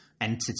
entity